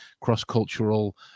cross-cultural